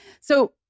So-